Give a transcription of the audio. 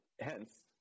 hence